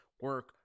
Work